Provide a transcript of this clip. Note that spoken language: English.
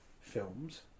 films